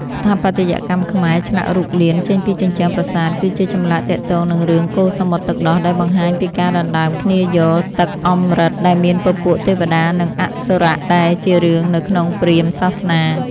ស្ថាបត្យកម្មខ្មែរឆ្លាក់រូបលៀនចេញពីជញ្ជ្រាំប្រាសាទគឺជាចម្លាក់ទាក់ទងនិងរឿងកូរសមុទ្រទឹកដោះដែលបង្ហាញពីការដណ្តើមគ្នាយកទឹកអំរិតដែលមានពពួកទេវតានិងអសុរៈដែលជារឿងនៅក្នុងព្រាហ្មណ៍សាសនា។